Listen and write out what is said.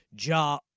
Ja